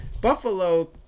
Buffalo